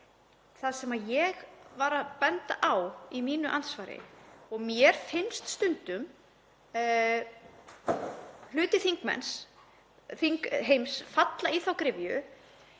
Það sem ég var að benda á í mínu andsvari er að mér finnst stundum hluti þingheims falla í þá gryfju